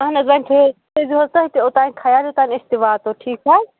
اَہَن حظ وۄنۍ تھٲے تھٲے زیوٚس تۄہہِ تہِ اوٚتانۍ خیال یوٚتانۍ أسۍ تہِ واتو ٹھیٖک چھِ حظ